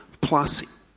plus